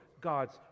God's